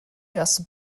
erste